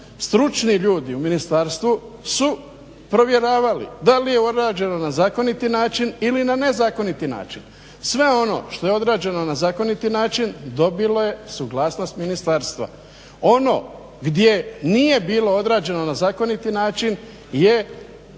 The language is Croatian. Stručni ljudi u ministarstvu su provjeravali da li je ovo rađeno na zakoniti način ili na nezakoniti način. Sve ono što je odrađeno na zakoniti način dobilo je suglasnost ministarstva. Ono gdje nije bilo odrađeno na zakoniti način je